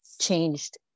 changed